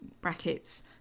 brackets